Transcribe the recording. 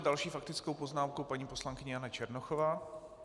S další faktickou poznámkou paní poslankyně Jana Černochová.